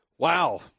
Wow